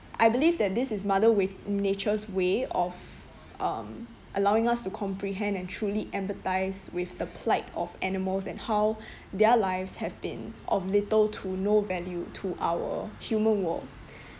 I believe that this is mother wa~ nature's way of um allowing us to comprehend and truly empathise with the plight of animals and how their lives have been of little to no value to our human world